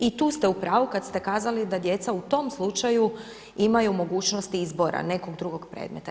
I tu ste u pravu kad ste kazali da djeca u tom slučaju imaju mogućnosti izbora nekog drugog predmeta.